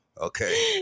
Okay